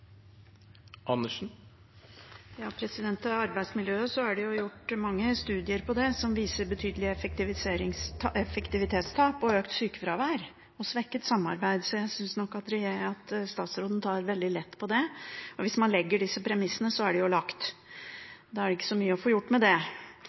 det gjort mange studier av det som viser betydelige effektivitetstap, økt sykefravær og svekket samarbeid. Så jeg syns nok at statsråden tar veldig lett på det. Hvis man legger disse premissene, så er de lagt, og da er det